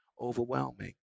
overwhelming